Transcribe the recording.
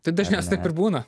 tai dažniausiai taip ir būna